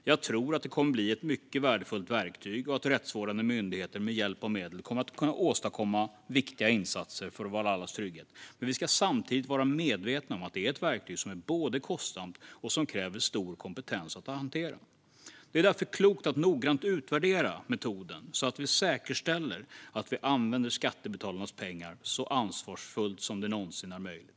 Jag tror att det kommer att bli ett värdefullt verktyg och att rättsvårdande myndigheter med hjälp av medlet kommer att kunna åstadkomma viktiga insatser för allas vår trygghet, men vi ska samtidigt vara medvetna om att det är ett verktyg som både är kostsamt och kräver stor kompetens att hantera. Det är därför klokt att noggrant utvärdera metoden, så att vi säkerställer att vi använder skattebetalarnas pengar så ansvarsfullt som det någonsin är möjligt.